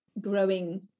growing